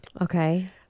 Okay